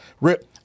rip